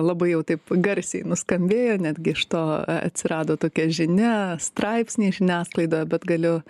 labai jau taip garsiai nuskambėjo netgi iš to atsirado tokia žinia straipsniai žiniasklaidoje bet galiu